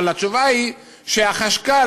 אבל התשובה היא שהחשכ"ל,